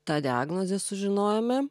tą diagnozę sužinojome